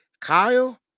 Kyle